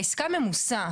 העסקה ממוסה.